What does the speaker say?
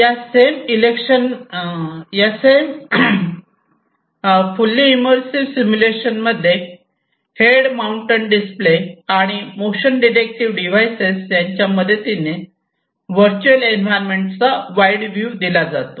या same election मध्ये head mounted display आणि मोशन डिटेक्टिव डिव्हाइसेस यांच्या मदतीने व्हर्च्युअल एन्व्हायरमेंटचा वाईड व्ह्यू दिला जातो